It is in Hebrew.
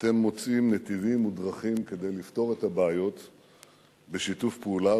אתם מוצאים נתיבים ודרכים כדי לפתור את הבעיות בשיתוף פעולה,